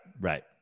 right